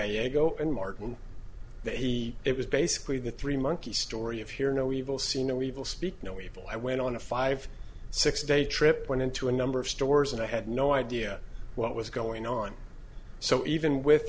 a go and martin that he it was basically the three monkey story of hear no evil see no evil speak no evil i went on a five six day trip went into a number of stores and i had no idea what was going on so even with